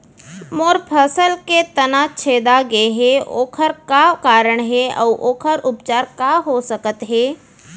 मोर फसल के तना छेदा गेहे ओखर का कारण हे अऊ ओखर उपचार का हो सकत हे?